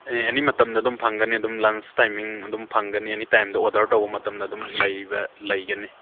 ꯑꯦꯅꯤ ꯃꯇꯝꯗ ꯑꯗꯨꯝ ꯐꯪꯒꯅꯤ ꯑꯗꯨꯝ ꯂꯟꯁ ꯇꯥꯏꯃꯤꯡ ꯑꯗꯨꯝ ꯐꯪꯒꯅꯤ ꯑꯦꯅꯤ ꯇꯥꯏꯝꯗ ꯑꯣꯔꯗꯔ ꯇꯧꯕ ꯃꯇꯝꯗ ꯑꯗꯨꯝ ꯂꯩꯒꯅꯤ